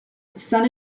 son